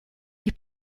die